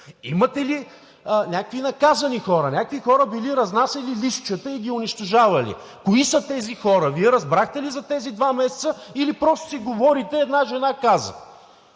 Имате ли някакви наказани хора? Някакви хора били разнасяли листчета и ги унищожавали. Кои са тези хора? Вие разбрахте ли тези два месеца, или просто си говорите: „една жена каза“?